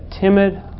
timid